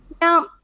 now